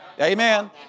Amen